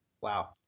wow